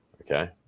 Okay